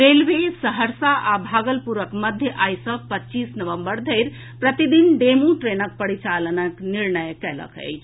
railway Saharsa आ भागलपुरक मध्य आई सँ पच्चीस नवम्बर धरि प्रतिदिन डेमू ट्रेनक परिचालनक निर्णय कयलक अछि